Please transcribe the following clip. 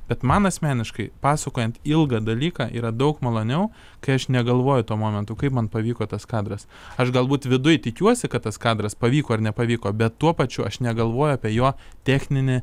bet man asmeniškai pasakojant ilgą dalyką yra daug maloniau kai aš negalvoju tuo momentu kaip man pavyko tas kadras aš galbūt viduj tikiuosi kad tas kadras pavyko ir nepavyko bet tuo pačiu aš negalvoju apie jo techninę